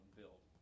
build